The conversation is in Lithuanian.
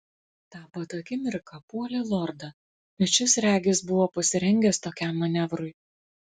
tą pat akimirką puolė lordą bet šis regis buvo pasirengęs tokiam manevrui